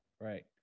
Right